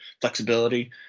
flexibility